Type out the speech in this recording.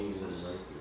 Jesus